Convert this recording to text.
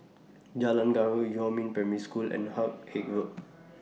Jalan Gaharu Huamin Primary School and Haig Road